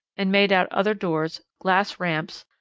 and made out other doors, glass ramps,